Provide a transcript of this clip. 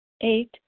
Eight